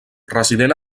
resident